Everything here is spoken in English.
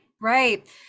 right